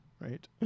right